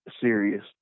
serious